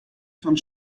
fan